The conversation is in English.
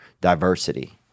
diversity